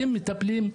אתם מטפלים.